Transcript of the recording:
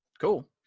Cool